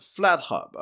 Flathub